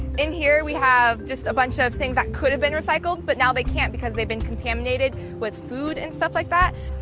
in here, we have just a bunch of things that could've been recycled, but now they can't because they've been contaminated with food, and stuff like that.